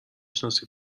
شناسی